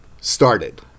Started